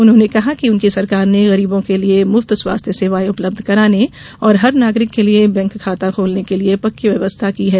उन्होंने कहा कि उनकी सरकार ने गरीबो के लिये मुफ्त स्वास्थ्य सेवाएं उपलब्ध कराने और हर नागरिक के लिये बैक खाता खोलने के लिये पक्की व्यवस्था की है